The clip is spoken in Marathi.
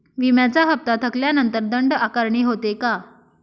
विम्याचा हफ्ता थकल्यानंतर दंड आकारणी होते का?